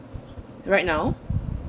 right now